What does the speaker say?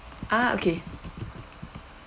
ah okay